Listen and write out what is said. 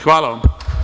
Hvala vam.